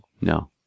No